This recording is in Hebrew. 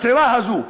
בשורה התחתונה,